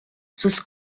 sus